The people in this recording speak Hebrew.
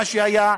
על מה שהיה,